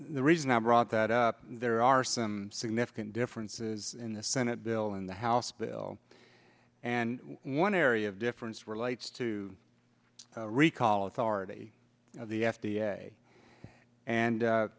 the reason i brought that up there are some significant differences in the senate bill in the house bill and one area of difference relates to recall authority of the f d a and